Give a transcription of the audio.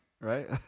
right